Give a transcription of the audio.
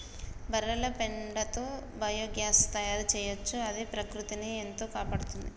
బర్రెల పెండతో బయోగ్యాస్ తయారు చేయొచ్చు అది ప్రకృతిని ఎంతో కాపాడుతుంది